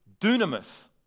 dunamis